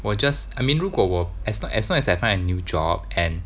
我 just I mean 如果我 as long as long as I found a new job and